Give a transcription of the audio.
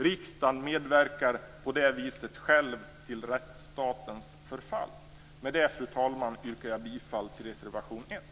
Riksdagen medverkar på det viset själv till rättsstatens förfall. Med detta yrkar jag, fru talman, bifall till reservation 1.